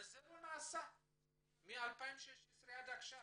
וזה לא נעשה מ-2016 עד עכשיו